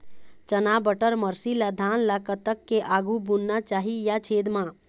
चना बटर मसरी ला धान ला कतक के आघु बुनना चाही या छेद मां?